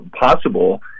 possible